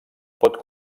pot